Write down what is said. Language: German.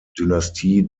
dynastie